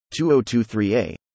2023A